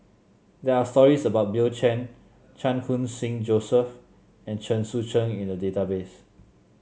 there are stories about Bill Chen Chan Khun Sing Joseph and Chen Sucheng in the database